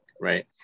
right